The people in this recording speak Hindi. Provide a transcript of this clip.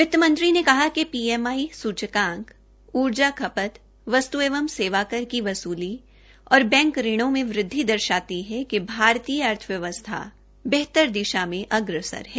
वित्त मंत्री ने कहा कि पीएमआई सुचकांक ऊर्जा खपत वस्तु एवं सेवा कर वसूली बैंक ऋणों में वृद्धि दर्शाती है कि भारतीय अर्थव्यवस्था बेहतर दिशा में अग्रसर है